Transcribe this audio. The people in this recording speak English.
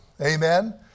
Amen